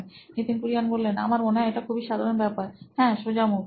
Nitin Kurian C O O নোইন electronics আমার মনে হয় এটা খুবই সাধারণ ব্যাপার হ্যাঁ সোজা মুখ